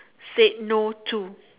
said no to